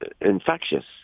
infectious